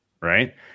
right